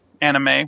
anime